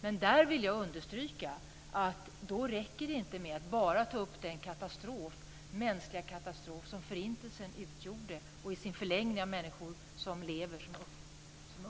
Men jag vill understryka att det inte räcker med att bara ta upp den mänskliga katastrof som Förintelsen utgjorde och i förlängningen att människor som har